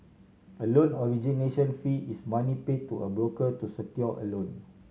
a loan origination fee is money paid to a broker to secure a loan